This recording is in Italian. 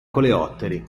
coleotteri